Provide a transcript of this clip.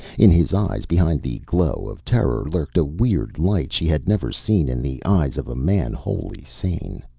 in his eyes, behind the glow of terror, lurked a weird light she had never seen in the eyes of a man wholly sane.